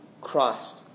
Christ